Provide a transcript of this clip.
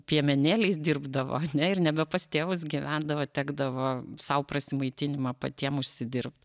piemenėliais dirbdavo ir nebe pas tėvus gyvendavo tekdavo sau prasimaitinimą patiem užsidirbt